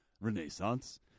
Renaissance